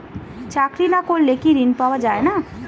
চাকরি না করলে কি ঋণ পাওয়া যায় না?